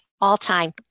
all-time